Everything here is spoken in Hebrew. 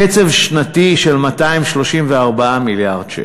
קצב שנתי של 234 מיליארד שקלים.